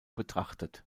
betrachtet